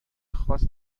خاص